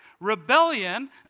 Rebellion